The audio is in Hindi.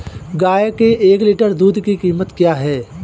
गाय के एक लीटर दूध की कीमत क्या है?